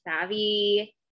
Savvy